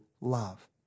love